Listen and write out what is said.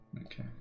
Okay